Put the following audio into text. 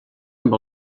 amb